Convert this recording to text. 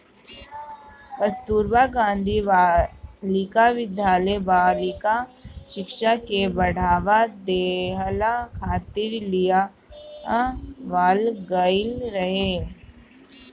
कस्तूरबा गांधी बालिका विद्यालय बालिका शिक्षा के बढ़ावा देहला खातिर लियावल गईल रहे